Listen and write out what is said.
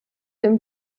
dem